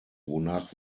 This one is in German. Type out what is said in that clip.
wonach